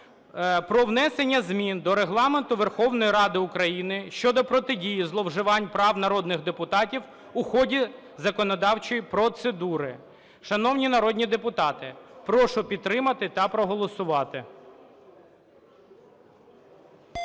про внесення змін до Регламенту Верховної Ради України щодо протидії зловживанням прав народних депутатів у ході законодавчої процедури. Шановні народні депутати, прошу підтримати та проголосувати.